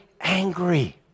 angry